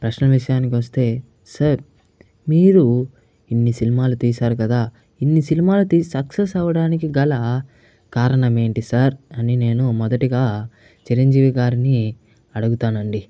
ప్రశ్న విషయానికి వస్తే సార్ మీరు ఇన్ని సినిమాలు తీశారు కదా ఇన్ని సినిమాలు తీసి సక్సెస్ అవ్వడానికి గల కారణమేంటి సార్ అని నేను మొదటిగా చిరంజీవి గారిని అడుగుతానండి